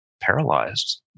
paralyzed